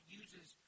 uses